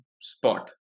spot